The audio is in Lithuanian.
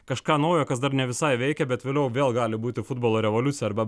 kažką naujo kas dar ne visai veikia bet vėliau vėl gali būti futbolo revoliucija arba